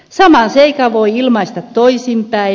saman seikan voi ilmaista toisin päin